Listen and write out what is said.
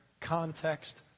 context